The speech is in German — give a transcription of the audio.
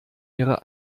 ihre